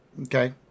Okay